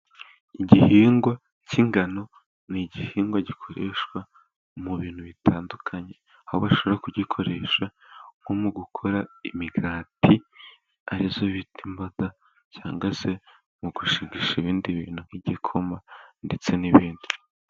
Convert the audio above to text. Igihingwa cy'ingano, ni igihingwa gikoreshwa mu bintu bitandukanye, aho bashobora kugikoresha nko mu gukora imigati, ariyo bita imbada cyangwa se mu gushigisha ibindi bintu, nk'igikoma ndetse n'ibindi.